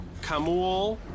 Kamul